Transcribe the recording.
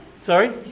Sorry